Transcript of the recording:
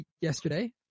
yesterday